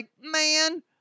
man